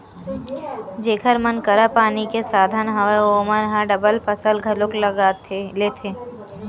जेखर मन करा पानी के साधन हवय ओमन ह डबल फसल घलोक लेथे